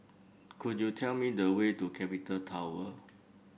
could you tell me the way to Capital Tower